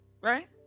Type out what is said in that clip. Right